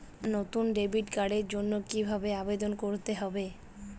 নতুন ডেবিট কার্ডের জন্য কীভাবে আবেদন করতে হবে?